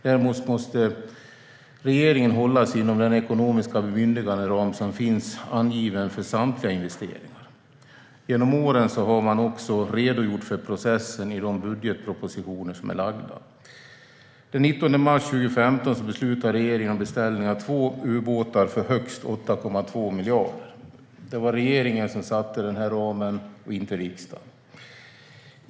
Däremot måste regeringen hålla sig inom den ekonomiska bemyndiganderam som finns angiven för samtliga investeringar. Genom åren har man också redogjort för processen i de budgetpropositioner som är framlagda. Den 19 mars 2015 beslutade regeringen om en beställning av två ubåtar för högst 8,2 miljarder. Det var regeringen som fastställde ramen, inte riksdagen.